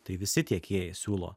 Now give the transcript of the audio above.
tai visi tiekėjai siūlo